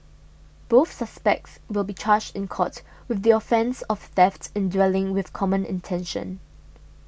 both suspects will be charged in court with the offence of theft in dwelling with common intention